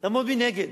לעמוד מנגד,